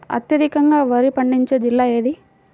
అత్యధికంగా వరి పండించే జిల్లా ఏది?